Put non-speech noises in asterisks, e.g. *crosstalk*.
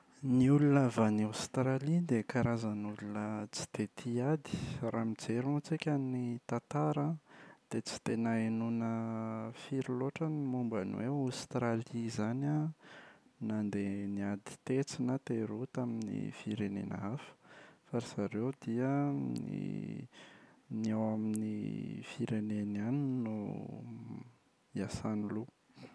Ny olona avy any Aostralia dia karazan’olona tsy dia tia ady. Raha mijery moa tsika ny tantara an, dia tsy dia nahenoana *hesitation* firy loatra ny momba ny hoe Aostralia izany an nandeha niady tetsy na teroa tamin’ny firenena hafa. Fa ry zareo dia *hesitation* ny *hesitation* ny ao amin’ny *hesitation* fireneny ihany no hiasany loha.